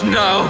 no